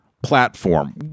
platform